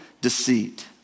deceit